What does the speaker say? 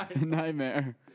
nightmare